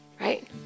right